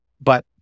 But-